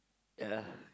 ya